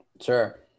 Sure